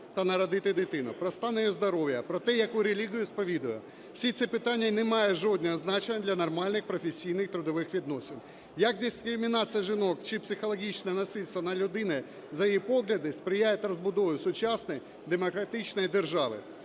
та народити дитину, про стан її здоров'я, про те, яку релігію сповідує. Всі ці питання не мають жодного значення для нормальних, професійних, трудових відносин. Як дискримінація жінок чи психологічне насильство над людиною за її погляді сприяють розбудові сучасної демократичної держави?